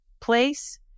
place